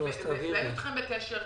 היינו אתכם בקשר,